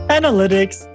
analytics